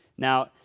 Now